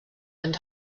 and